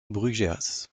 brugheas